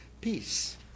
Peace